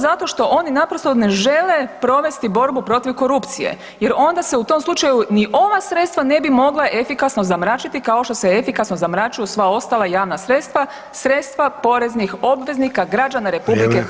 Zato što oni naprosto ne žele provesti borbu protiv korupcije jer onda se u tom slučaju ni ova sredstva ne bi mogla efikasno zamračiti kao što se efikasno zamračuju sva ostala javna sredstva, sredstva poreznih obveznika građana RH.